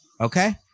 Okay